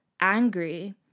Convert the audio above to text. angry